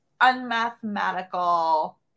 unmathematical